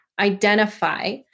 identify